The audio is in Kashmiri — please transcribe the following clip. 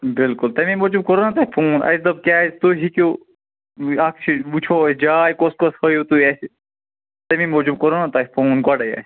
بالکل تٔمے موٗجوٗب کوروٕ نَہ تۄہہِ فون اسہِ دوٚپ کیٚازِ تُہۍ ہیٚکِو ٲں اکھ چھِ وُچھو أسۍ جاےٚ کۄس کۄس ہٲیِو تُہۍ اسہِ تٔمے موٗجوٗب کوٚروٕ نَہ تۄہہِ فون گۄڈٔے اسہِ